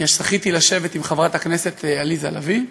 אני אז זכיתי לשבת עם חברת הכנסת עליזה לביא,